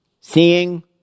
Seeing